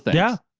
yeah.